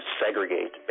segregate